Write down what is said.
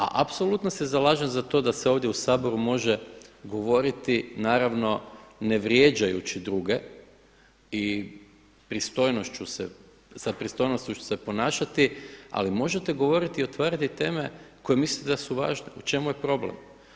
A apsolutno se zalažem za to da se ovdje u Saboru može govoriti naravno ne vrijeđajući druge i sa pristojnošću se ponašati ali možete govoriti i otvarati teme koje mislite da su važne, u čemu je problem.